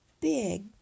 big